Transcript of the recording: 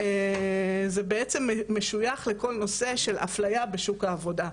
וזה בעצם משויך לכל הנושא של אפליה בשוק העבודה.